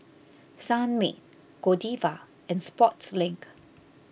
Sunmaid Godiva and Sportslink